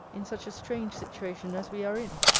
in such a strange situation as we are in.